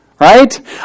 Right